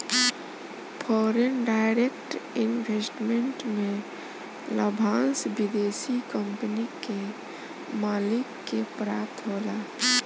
foreign direct investment में लाभांस विदेशी कंपनी के मालिक के प्राप्त होला